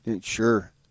sure